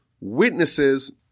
witnesses